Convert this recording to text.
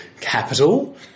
capital